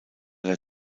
der